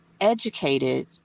educated